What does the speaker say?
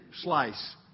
slice